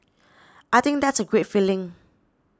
I think that's a great feeling